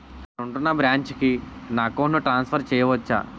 నేను ఉంటున్న బ్రాంచికి నా అకౌంట్ ను ట్రాన్సఫర్ చేయవచ్చా?